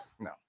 No